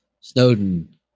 Snowden